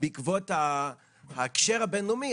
בהקשר הבין-לאומי,